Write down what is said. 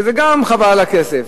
שזה גם, חבל על הכסף.